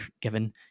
given